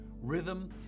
rhythm